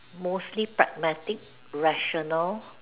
mostly pragmatic rational